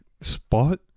spot